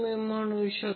तर Ic 6